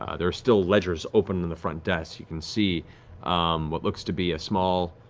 ah there are still ledgers open on the front desk, you can see what looks to be a small